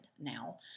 now